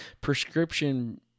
prescription